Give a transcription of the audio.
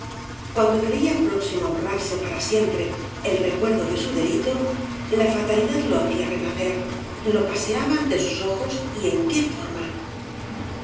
cuando creía próximo á borrarse para siempre el recuerdo de su delito la fatalidad lo hacía renacer lo paseaba ante sus ojos y en qué forma